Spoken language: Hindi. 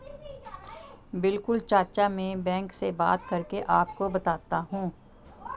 बिल्कुल चाचा में बैंक से बात करके आपको बताता हूं